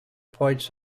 points